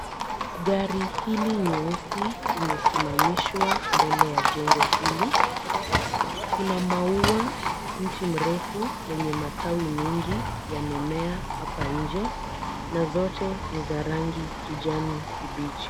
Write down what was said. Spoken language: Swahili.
Gari hili nyeusi imesimamishwa mbele ya jengo hili. Kuna maua, mti mrefu lenye matawi mingi yamemea hapa nje na zote ni za rangi kijani kibichi.